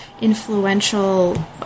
influential